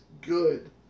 good